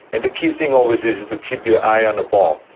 and the key thing always is, is to keep your eye on the ball.